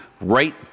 right